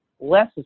less